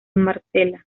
marsella